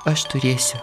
aš turėsiu